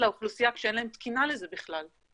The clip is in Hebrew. לאוכלוסייה כשאין להם תקינה לזה בכלל.